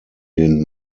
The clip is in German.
den